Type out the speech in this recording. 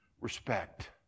Respect